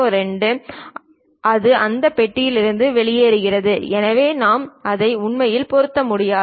02 அது அந்த பெட்டியிலிருந்து வெளியேறும் எனவே நாம் அதை உண்மையில் பொருத்த முடியாது